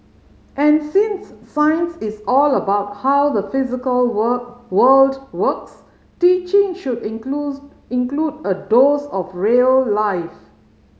and since science is all about how the physical work world works teaching should includes include a dose of real life